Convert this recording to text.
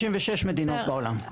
56 מדינות בעולם.